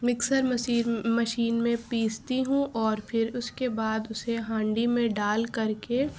mixer مسین machine میں پیستی ہوں اور پھر اس کے بعد اسے ہانڈی میں ڈال کر کے